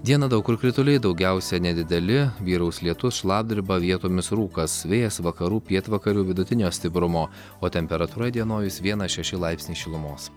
dieną daug kur krituliai daugiausia nedideli vyraus lietus šlapdriba vietomis rūkas vėjas vakarų pietvakarių vidutinio stiprumo o temperatūra įdienojus vienas šeši laipsniai šilumos